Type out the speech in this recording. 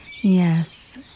Yes